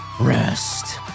Rest